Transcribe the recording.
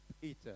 Peter